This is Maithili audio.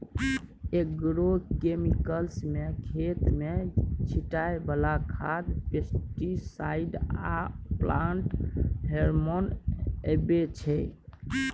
एग्रोकेमिकल्स मे खेत मे छीटय बला खाद, पेस्टीसाइड आ प्लांट हार्मोन अबै छै